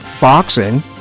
boxing